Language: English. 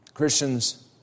Christians